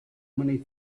many